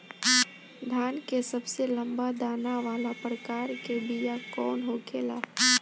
धान के सबसे लंबा दाना वाला प्रकार के बीया कौन होखेला?